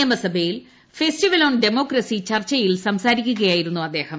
നിയമസഭയിൽ festival on democracy ചർച്ചയിൽ സംസാരിക്കുകയായിരുന്നു അദ്ദേഹം